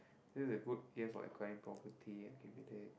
this is a good year for acquiring property accumulate